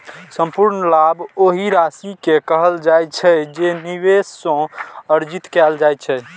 संपूर्ण लाभ ओहि राशि कें कहल जाइ छै, जे निवेश सं अर्जित कैल जाइ छै